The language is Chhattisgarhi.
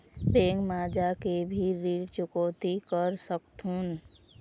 बैंक मा जाके भी ऋण चुकौती कर सकथों?